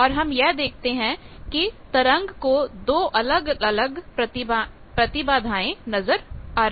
और हम यह देखते हैं कि तरंग को 2 अलग अलग प्रतिबाधाएं नजर रही हैं